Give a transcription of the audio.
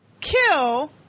kill